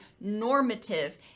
normative